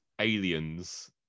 aliens